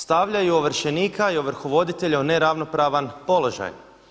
Stavljaju ovršenika i ovrhovoditelja u neravnopravan položaj.